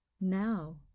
Now